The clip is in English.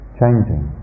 changing